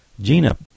Gina